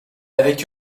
avec